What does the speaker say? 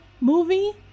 movie